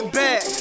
back